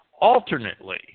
Alternately